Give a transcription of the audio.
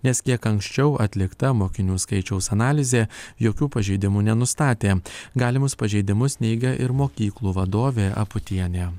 nes kiek anksčiau atlikta mokinių skaičiaus analizė jokių pažeidimų nenustatė galimus pažeidimus neigia ir mokyklų vadovė aputienė